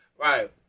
right